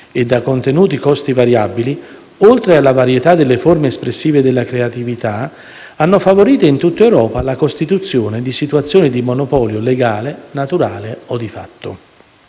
e da contenuti costi variabili, oltre alla varietà delle forme espressive della creatività, hanno favorito in tutta Europa la costituzione di situazioni di monopolio legale, naturale o di fatto.